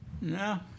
No